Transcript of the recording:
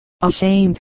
Ashamed